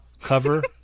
cover